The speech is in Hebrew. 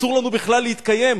אסור לנו בכלל להתקיים.